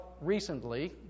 recently